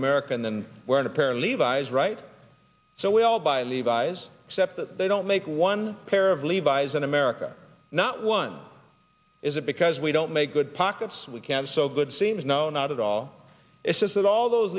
american than when a parent levi's right so we all buy levi's except that they don't make one pair of levis in america not one is it because we don't make good pockets we can't so good seems no not at all it's just that all those